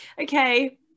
Okay